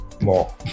more